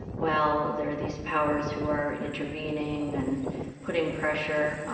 well, there are these powers who are intervening and putting pressure